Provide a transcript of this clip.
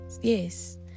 yes